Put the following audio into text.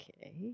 okay